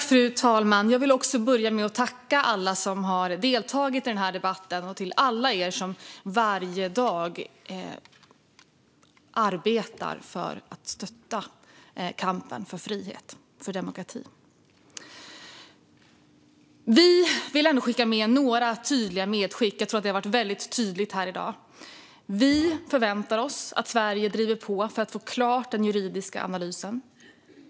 Fru talman! Jag vill börja med att tacka alla som deltagit i den här debatten och alla er som varje dag arbetar för att stötta kampen för frihet och demokrati. Vi vill göra några tydliga medskick här i dag. Vi förväntar oss att Sverige driver på för att få den juridiska analysen klar.